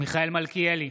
מיכאל מלכיאלי,